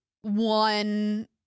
one